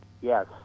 Yes